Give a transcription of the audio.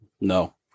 No